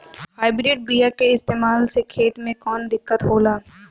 Hybrid बीया के इस्तेमाल से खेत में कौन दिकत होलाऽ?